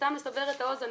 סתם לסבר את האוזן,